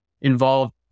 involved